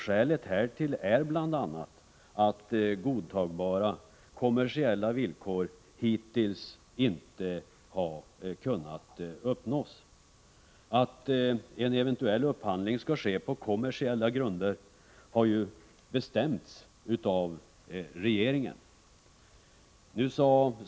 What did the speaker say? Skälet härtill är bl.a. att godtagbara kommersiella villkor hittills inte har kunnat uppnås. Att en eventuell upphandling skall ske på kommersiella grunder har bestämts av regeringen.